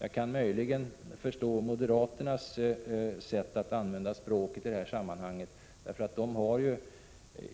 Jag kan möjligen förstå moderaternas sätt att använda språket i detta sammanhang, för de har ju